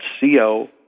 co